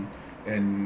and